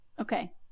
Okay